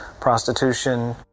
prostitution